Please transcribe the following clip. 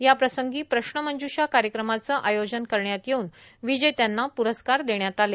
या प्रसंगी प्रश्न मंजूशा कार्यक्रमाचं आयोजन करण्यात येवून विजेत्यांना प्रस्कार देण्यात आले